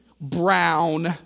brown